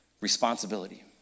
responsibility